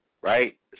Right